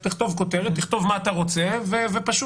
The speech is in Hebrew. תכתוב כותרת, תכתוב מה אתה רוצה ופשוט.